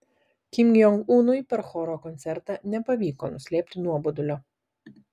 kim jong unui per choro koncertą nepavyko nuslėpti nuobodulio